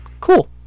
cool